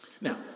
Now